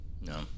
No